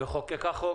לחוקק חוק